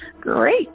great